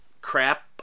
crap